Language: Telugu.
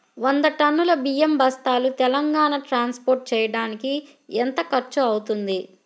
వంద టన్నులు బియ్యం బస్తాలు తెలంగాణ ట్రాస్పోర్ట్ చేయటానికి కి ఎంత ఖర్చు అవుతుంది?